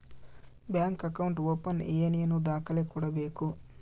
Bank account open ಏನೇನು ದಾಖಲೆ ಕೊಡಬೇಕು?